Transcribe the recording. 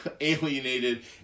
alienated